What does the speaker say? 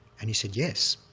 and he said, yes.